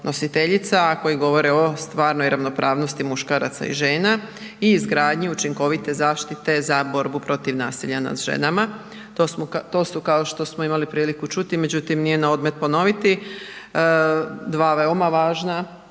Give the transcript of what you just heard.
nositeljica a koji govore o stvarnoj ravnopravnosti muškaraca i žena i izgradnju učinkovite zaštite za borbu protiv nasilja nad ženama. To su kao što smo imali priliku čuti, međutim nije na odmet ponoviti, dva veoma važna